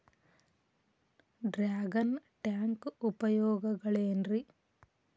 Dragon tank ಉಪಯೋಗಗಳೆನ್ರಿ?